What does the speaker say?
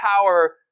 power